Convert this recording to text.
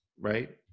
right